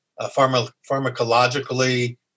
pharmacologically